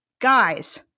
guys